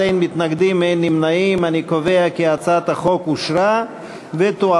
ההצעה להעביר את הצעת חוק טיפול בחולי נפש (תיקון,